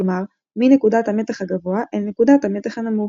כלומר מנקודת המתח הגבוה אל נקודת המתח הנמוך.